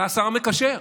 אתה השר המקשר.